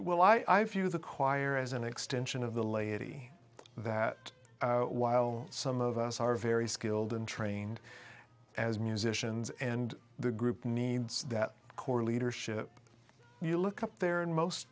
why i view the choir as an extension of the laity that while some of us are very skilled and trained as musicians and the group means that core leadership you look up there and most